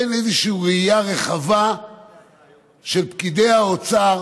אין איזושהי ראייה רחבה של פקידי האוצר,